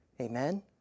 Amen